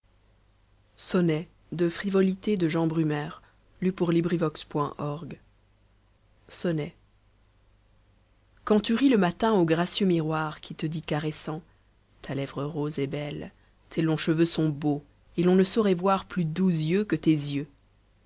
sonnet quand tu ris le matin au gracieux miroir qui te dit caressant ta lèvre rose est belle tes longs cheveux sont beaux et l'on ne saurait voir plus doux yeux que tes yeux